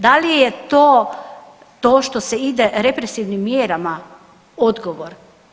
Da li je to, to što se ide represivnim mjerama odgovor?